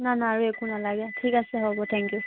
না না আৰু একো নালাগে ঠিক আছে হ'ব থেংক ইউ